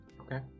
Okay